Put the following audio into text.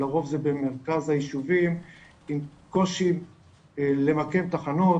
לרוב זה במרכז היישובים עם קושי למקם תחנות,